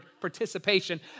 participation